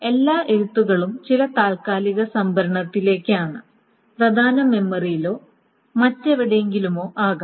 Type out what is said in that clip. എല്ലാ എഴുത്തുകളും ചില താൽക്കാലിക സംഭരണത്തിലേക്കാണ് പ്രധാന മെമ്മറിയിലോ മറ്റെവിടെയെങ്കിലുമോ ആകാം